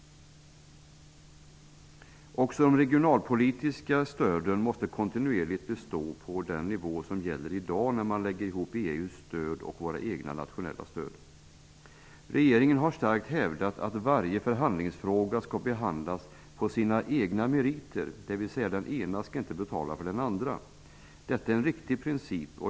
Också de regionalpolitiska stöden måste kontinuerligt bestå på den nivå som gäller i dag, då man lägger ihop EU-stöd och våra egna nationella stöd. Regeringen har starkt hävdat att varje förhandlingsfråga skall behandlas på sina ''egna meriter'', dvs. den ena frågan skall inte betala för den andra. Detta är en riktig princip.